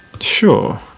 Sure